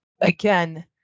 again